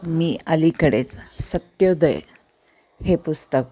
मी अलीकडेच सत्योदय हे पुस्तक